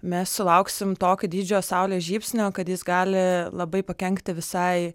mes sulauksim tokio dydžio saulės žybsnio kad jis gali labai pakenkti visai